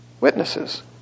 witnesses